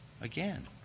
Again